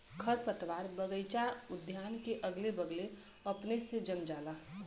खरपतवार बगइचा उद्यान के अगले बगले अपने से जम जाला